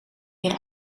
meer